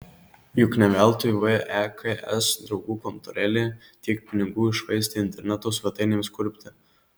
juk ne veltui veks draugų kontorėlė tiek pinigų iššvaistė interneto svetainėms kurpti